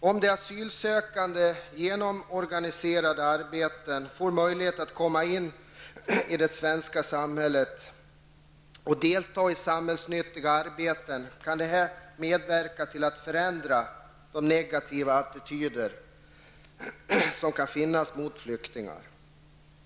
Om de asylsökande genom organiserade arbeten får möjlighet att komma in i det svenska samhället och delta i samhällsnyttiga arbeten kan det medverka till att förändra de negativa attityder som kan finnas mot flyktingar.